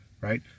Right